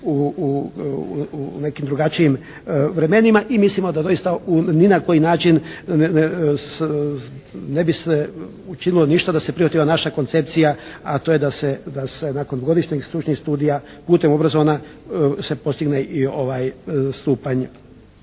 u nekim drugačijim vremenima i mislimo da doista ni na koji način ne bi se učinilo ništa da se prihvati ova naša koncepcija, a to je da se nakon godišnjeg i stručnih studija putem obrazovana se postigne i ovaj stupanj